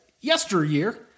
yesteryear